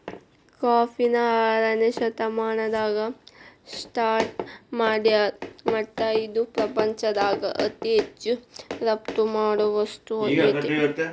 ಕಾಫಿನ ಆರನೇ ಶತಮಾನದಾಗ ಸ್ಟಾರ್ಟ್ ಮಾಡ್ಯಾರ್ ಮತ್ತ ಇದು ಪ್ರಪಂಚದಾಗ ಅತಿ ಹೆಚ್ಚು ರಫ್ತು ಮಾಡೋ ವಸ್ತು ಆಗೇತಿ